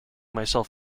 myself